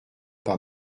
par